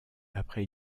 après